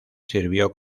sirvió